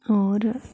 होर